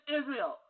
Israel